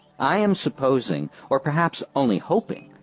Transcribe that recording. i am supposing, or perhaps only hoping,